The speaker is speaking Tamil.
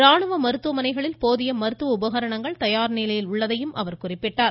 ராணுவ மருத்துவமனைகளில் போதிய மருத்துவ உபகரணங்கள் தயார் நிலையில் உள்ளதாகவும் அவர் குறிப்பிட்டார்